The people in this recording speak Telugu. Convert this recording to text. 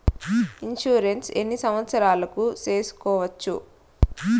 ఇన్సూరెన్సు ఎన్ని సంవత్సరాలకు సేసుకోవచ్చు?